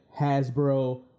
hasbro